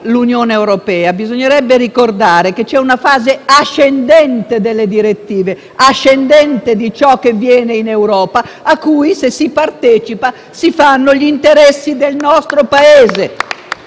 l'Unione europea bisognerebbe ricordare che c'è una fase ascendente delle direttive, di ciò che si stabilisce in Europa, in cui, se si partecipa, si fanno gli interessi del nostro Paese.